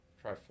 Try